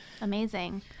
Amazing